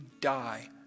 die